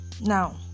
now